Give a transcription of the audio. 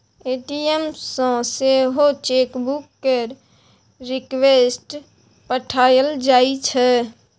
ATM सँ सेहो chequebook केर रिक्वेस्ट पठाएल जाइ छै